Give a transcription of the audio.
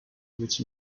which